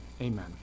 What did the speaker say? amen